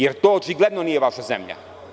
Jer, to očigledno nije vaša zemlja.